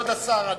כבוד השר הנכבד.